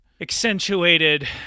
accentuated